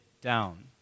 down